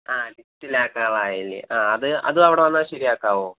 ആ ഡിജ്റ്റലാക്കാറായല്ലെ അത് അതവിടെ വന്നാൽ ശരിയാക്കാവൊ